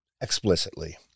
explicitly